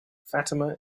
fatima